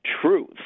truth